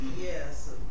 Yes